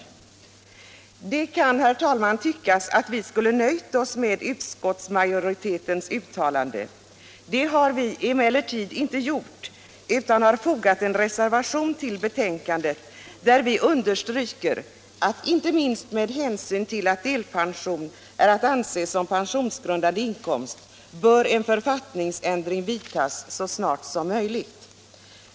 Det kan, herr talman, tyckas att vi borde ha nöjt oss med utskotts majoritetens uttalande. Det har vi emellertid inte gjort utan har fogat — Nr 77 en reservation till betänkandet där vi understryker att inte minst med Onsdagen den hänsyn till att delpension är att anse som pensionsgrundande inkomst 2 mars 1977 bör en författningsändring vidtas så snart som möjligt.